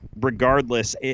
regardless